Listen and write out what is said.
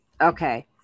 Okay